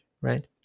right